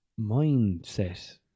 mindset